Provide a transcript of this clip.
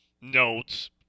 notes